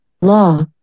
law